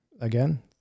Again